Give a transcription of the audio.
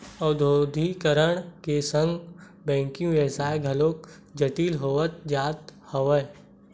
औद्योगीकरन के संग बेंकिग बेवस्था घलोक जटिल होवत जावत हवय गा